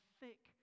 thick